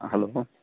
hello